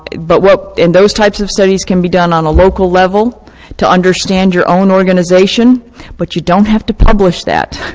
but and those types of studies can be done on a local level to understand your own organization but you don't have to publish that.